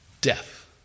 Death